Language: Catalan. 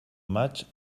maig